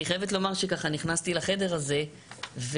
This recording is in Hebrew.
אני חייבת לומר שנכנסתי לחדר הזה ונרגעתי.